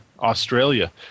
Australia